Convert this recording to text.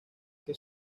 que